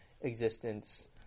existence